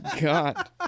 God